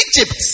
Egypt